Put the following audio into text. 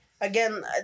again